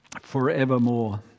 forevermore